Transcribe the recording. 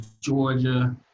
Georgia